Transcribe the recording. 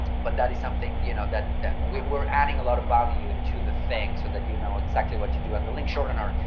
but that is something you know that that we're adding a lot of value to the thing so that you know exactly what to do and the link shortener,